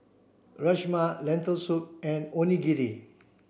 Rajma Lentil soup and Onigiri